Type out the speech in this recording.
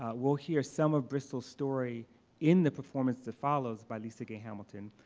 we'll hear some of bristol's story in the performance that follows by lisa gay hamilton.